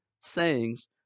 sayings